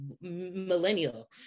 millennial